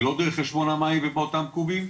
ולא דרך חשבון המים ובאותם קובים,